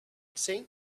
saint